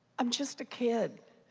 um just a kid.